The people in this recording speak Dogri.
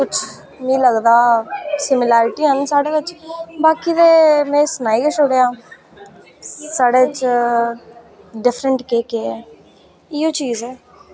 किश मिगी लगदा सिमिलैरिटियां न साढ़े बिच बाकी ते में सनाई गै छोड़ेआ साढ़े च डिफ्रैंट केह् केह् ऐ इयो चीज ऐ